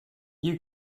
you